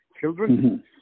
children